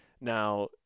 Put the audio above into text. Now